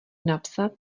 napsat